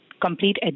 complete